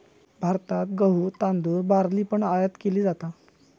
भारतात गहु, तांदुळ, बार्ली पण आयात केली जाता